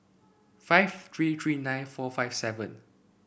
five three three nine four five seven